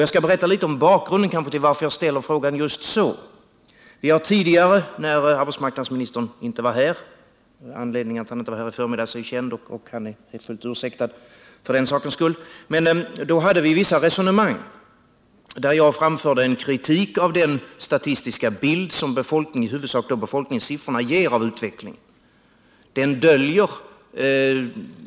Jag vill berätta litet om bakgrunden till varför jag ställer frågan just så. När arbetsmarknadsministern inte var här förde vi vissa resonemang. Anledningen till att han inte var här i förmiddags är ju känd, och han är helt och fullt ursäktad för den sakens skull. I de resonemangen framförde jag en kritik av den statistiska bild som i huvudsak befolkningssiffrorna ger av utvecklingen.